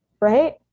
Right